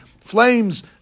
flames